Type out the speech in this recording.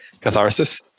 catharsis